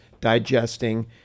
digesting